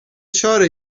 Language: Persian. چاره